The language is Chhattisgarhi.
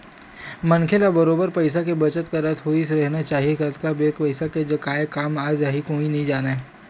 मनखे ल बरोबर पइसा के बचत करत होय रहिना चाही कतका बेर पइसा के काय काम आ जाही कोनो नइ जानय